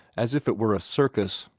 as if it were a circus.